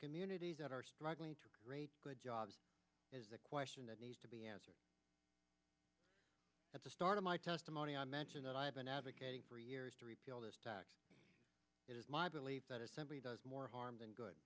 communities that are struggling to raise good jobs is the question that needs to be answered at the start of my testimony i mention that i have been advocating for years to repeal this tax it is my belief that it simply does more harm than good